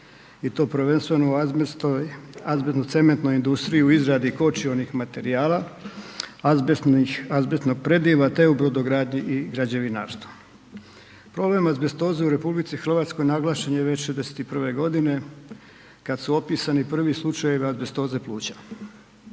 i to prvenstveno u azbestno-cementnoj industriji u izradio kočionih materijala, azbestnih prediva te u brodogradnji i građevinarstvu. Problem azbestoze u RH naglašen je već 61. g. kad su opisani prvi slučajevi azbestoze pluća.